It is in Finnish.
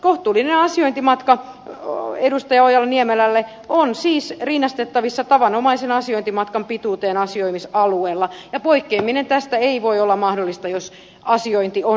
kohtuullinen asiointimatka edustaja ojala niemelälle on siis rinnastettavissa tavanomaisen asiointimatkan pituuteen asioimisalueella ja poikkeaminen tästä ei voi olla mahdollista jos asiointi on riittävää